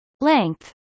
length